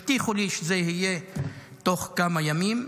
הבטיחו לי שזה יהיה תוך כמה ימים.